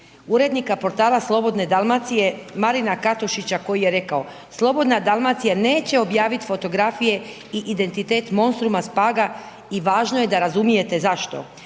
urednika portala Slobodne Dalmacije Marina Katušića koji je rekao: Slobodna Dalmacija neće objaviti fotografije i identitet monstruma s Paga i važno je da razumijete zašto.